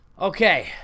Okay